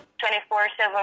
24-7